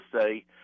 say